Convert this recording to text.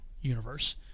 universe